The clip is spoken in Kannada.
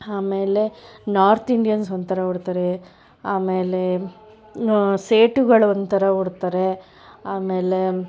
ಆಮೇಲೆ ನಾರ್ತ್ ಇಂಡಿಯನ್ಸ್ ಒಂಥರ ಉಡ್ತಾರೆ ಆಮೇಲೆ ಸೇಟುಗಳು ಒಂಥರ ಉಡ್ತಾರೆ ಆಮೇಲೆ